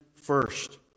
first